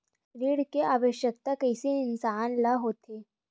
ऋण के आवश्कता कइसे इंसान ला होथे?